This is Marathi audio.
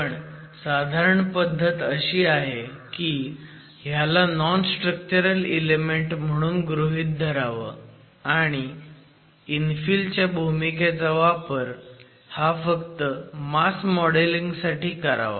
पण साधारण पद्धत अशी आहे की ह्याला नॉनस्ट्रक्चरल इलेमेंट म्हणून गृहीत धरावं आणि इन्फिल च्या भूमिकेचा वापर हा फक्त मास मॉडेल िंग साठी करावा